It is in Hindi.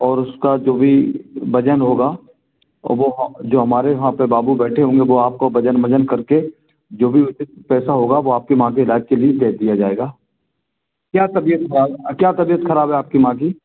और उसका जो भी वज़न होगा और वह जो हमारे वहाँ पर बाबू बैठे होंगे वह आपको वज़न वज़न करके जो भी पैसा होगा वह आपके माँ के इलाज के लिए भेज दिया जाएगा क्या तबियत ख़राब क्या तबियत ख़राब है आपकी माँ की